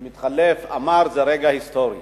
שמתחלף, אמר, שזה רגע היסטורי.